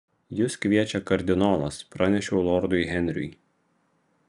jus kviečia kardinolas pranešiau lordui henriui